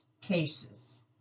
cases